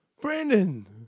Brandon